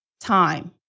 time